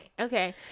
Okay